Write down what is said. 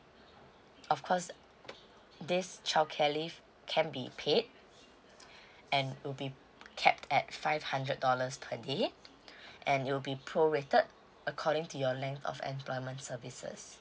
of course this childcare leave can be paid and will be capped at five hundred dollars per day and it will be prorated according to your length of employment services